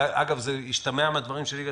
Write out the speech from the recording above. ואגב זה השתמע מן הדברים של יגאל